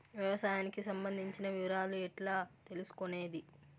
వ్యవసాయానికి సంబంధించిన వివరాలు ఎట్లా తెలుసుకొనేది?